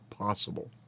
possible